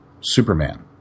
Superman